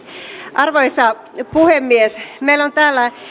arvoisa puhemies meillä on täällä